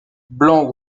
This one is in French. blancs